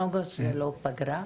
אוגוסט זה לא פגרה?